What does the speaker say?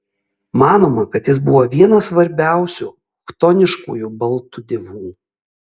manoma kad jis buvo vienas svarbiausių chtoniškųjų baltų dievų